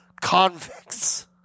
Convicts